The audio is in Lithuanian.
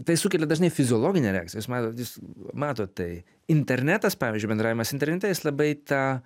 tai sukelia dažnai fiziologinę reakciją jūs matot jūs matot tai internetas pavyzdžiui bendravimas internete jis labai tą